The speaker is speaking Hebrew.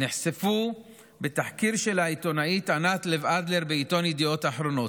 נחשפה בתחקיר של העיתונאית ענת לב אדלר בעיתון ידיעות אחרונות.